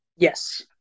Yes